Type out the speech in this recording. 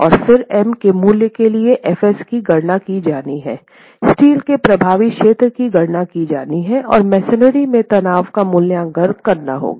और फिर M' के मूल्य के लिए फिर fs की गणना की जानी है स्टील के प्रभावी क्षेत्र की गणना की जानी चाहिए और मसोनरी के तनाव का मूल्यांकन करना होगा